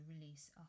release